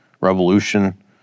revolution